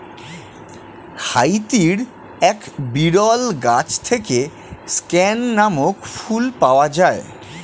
হাইতির এক বিরল গাছ থেকে স্ক্যান নামক ফুল পাওয়া যায়